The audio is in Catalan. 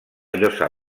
llosa